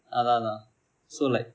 அதான் அதான்:athaan athaan so like